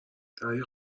دریا